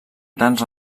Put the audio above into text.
grans